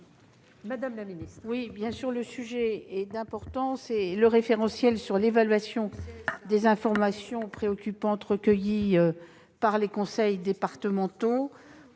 Mme la ministre.